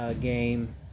game